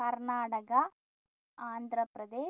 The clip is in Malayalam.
കർണാടക ആന്ധ്രാപ്രദേശ്